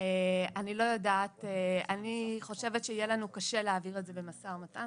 אני חושבת שיהיה לנו קשה להעביר את זה במשא ומתן.